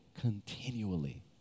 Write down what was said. continually